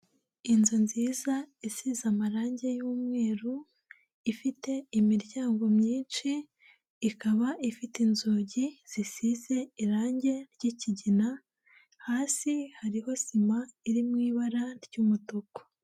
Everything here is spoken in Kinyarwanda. Inzu nziza isize amarangi y'umweru, ifite imiryango myinshi, ikaba ifite inzugi zisize irangi ry'ikigina, hasi hariho sima iri mu ibara ry'umutuku.